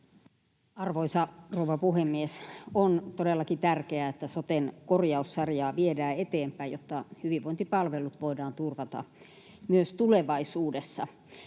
Arvoisa rouva puhemies! On todellakin tärkeää, että soten korjaussarjaa viedään eteenpäin, jotta hyvinvointipalvelut voidaan turvata myös tulevaisuudessa.